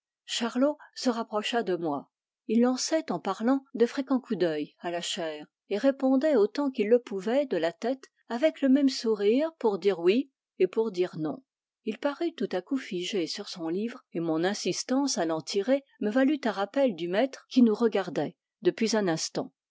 lot se rapprocha de moi il lançait en parlant de fréquents coups dœil à la chaire et répondait autant qu'il le pouvait de la tête avec le même sourire pour dire oui et pour dire non il parut tout à coup figé sur son livre et mon insistance à l'en tirer me valut un rappel du maître qui nous regardait depuis un instant